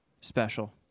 special